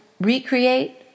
recreate